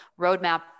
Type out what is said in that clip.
roadmap